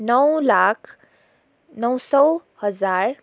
नौ लाख नौ सय हजार